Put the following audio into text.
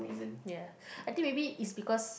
ya I think maybe is because